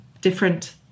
different